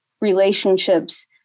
relationships